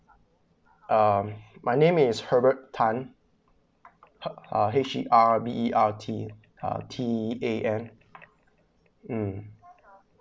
um my name is herbert tan uh H_E_R_B_E_R_T uh T_A_N um